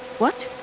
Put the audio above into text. what?